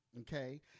okay